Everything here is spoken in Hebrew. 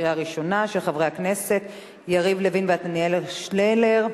של חבר הכנסת יריב לוין ועתניאל שנלר,